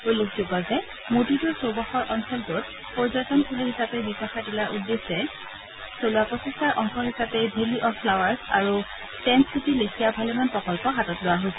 উল্লেখযোগ্য যে মূৰ্তিটোৰ চৌপাশৰ অঞ্চলটো পৰ্যটনথলী হিচাপে বিকশাই তোলাৰ উদ্দেশ্যে চলোৱা প্ৰচেষ্টাৰ অংশ হিচাপে ভেলি অব ফ্লাৱাৰ্ছ আৰু টেণ্টচিটী লেখিয়া ভালেমান প্ৰকল্প হাতত লোৱা হৈছে